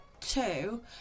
two